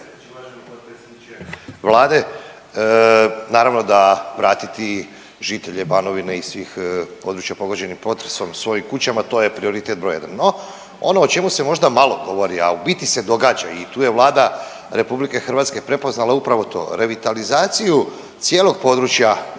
Vlade, naravno da vratiti žitelje Banovine i svih područja pogođenih potresom svojim kućama, to je prioritet br. 1, no ono o čemu se možda malo govori, a u biti se događa i tu je Vlada RH prepoznala upravo to. Revitalizaciju cijelog područja